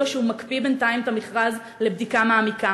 שהוא מקפיא בינתיים את המכרז לבדיקה מעמיקה.